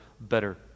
better